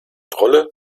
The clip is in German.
trolle